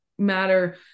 matter